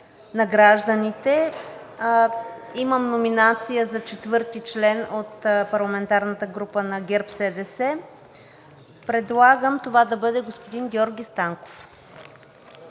на гражданите. Имам номинация за четвърти член от парламентарната група на ГЕРБ-СДС. Предлагам това да бъде господин Георги Станков.